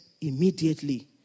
immediately